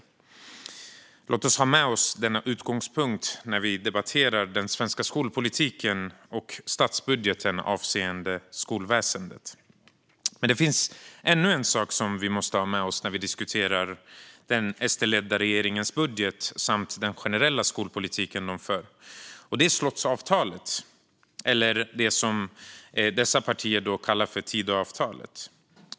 Låt oss ha med oss denna utgångspunkt när vi debatterar den svenska skolpolitiken och statsbudgeten avseende skolväsendet. Det finns ännu en sak som vi måste ha med oss när vi diskuterar den SD-ledda regeringens budget och den generella skolpolitik som man för, och det är slottsavtalet, som dessa partier kallar Tidöavtalet. Vilka är de röda trådarna i detta avtal?